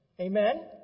Amen